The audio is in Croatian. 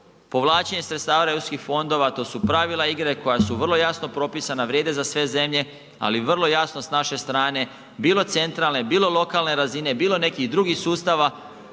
povlačenje sredstava europskih fondova to su pravila igre koja su vrlo jasno propisana, vrijede za sve zemlje, ali vrlo jasno s naše strane bilo centralne, bilo lokalne razine, bilo nekih drugih sustava